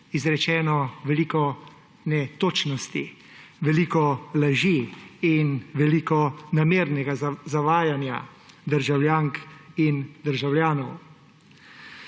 izrečeno veliko netočnosti, veliko laži in veliko namernega zavajanja državljank in državljanov.